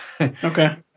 okay